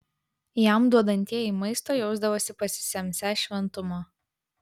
jam duodantieji maisto jausdavosi pasisemią šventumo